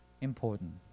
important